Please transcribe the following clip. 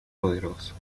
poderoso